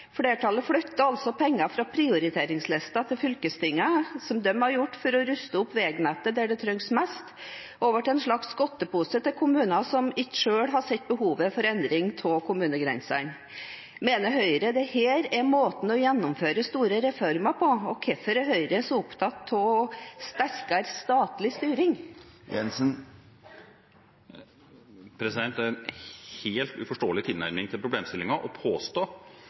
Flertallet flytter altså penger fra prioriteringslisten til fylkestinget, som de har for å ruste opp veinettet der det trengs mest, og over til en slags godtepose til kommuner som ikke selv har sett behovet for endring av kommunegrensene. Mener Høyre dette er måten å gjennomføre store reformer på? Og hvorfor er Høyre så opptatt av sterkere statlig styring? Det er en helt uforståelig tilnærming til problemstillingen å påstå